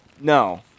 No